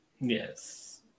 Yes